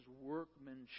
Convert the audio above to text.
workmanship